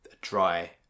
dry